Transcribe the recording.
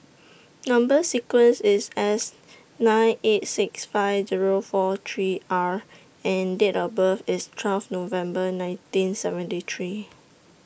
Number sequence IS S nine eight six five Zero four three R and Date of birth IS twelve November nineteen seventy three